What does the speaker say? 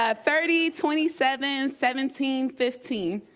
ah thirty, twenty seven, seventeen, fifteen,